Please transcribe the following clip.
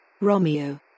Romeo